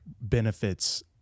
benefits